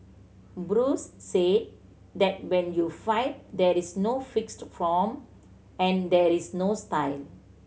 Bruce said that when you fight there is no fixed form and there is no style